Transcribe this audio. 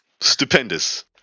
stupendous